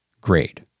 grade